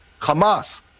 Hamas